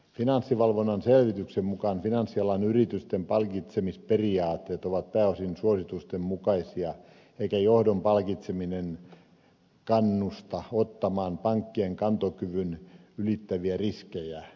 finanssivalvonnan selvityksen mukaan finanssialan yritysten palkitsemisperiaatteet ovat pääosin suositusten mukaisia eikä johdon palkitseminen kannusta ottamaan pankkien kantokyvyn ylittäviä riskejä